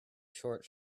short